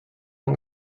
pan